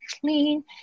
clean